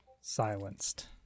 silenced